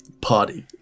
party